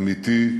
אמיתי,